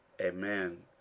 Amen